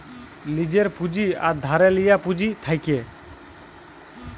লীজের পুঁজি আর ধারে লিয়া পুঁজি থ্যাকে